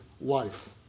life